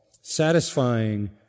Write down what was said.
satisfying